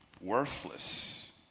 worthless